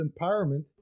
empowerment